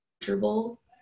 comfortable